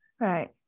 Right